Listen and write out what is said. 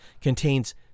contains